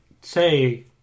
say